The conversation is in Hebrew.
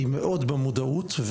נמצאת מאוד במודעות.